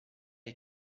est